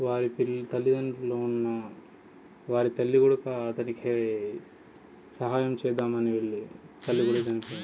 వారి పిల్ తల్లిదండ్రులు ఉన్న వారి తల్లి కూడక అతడికి సహాయం చేద్దామని వెళ్ళి తల్లి కూడా చనిపోయింది